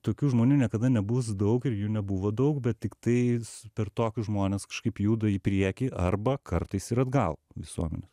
tokių žmonių niekada nebus daug ir jų nebuvo daug bet tiktais per tokius žmones kažkaip juda į priekį arba kartais ir atgal visuomenė